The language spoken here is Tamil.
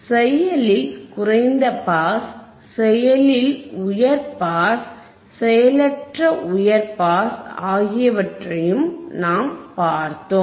செயலில் குறைந்த பாஸ் செயலில் உயர் பாஸ் செயலற்ற உயர் பாஸ் ஆகியவற்றையும் நாம் பார்த்தோம்